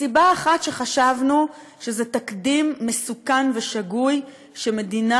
סיבה אחת היא שחשבנו שזה תקדים מסוכן ושגוי שמדינה,